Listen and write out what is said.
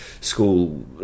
school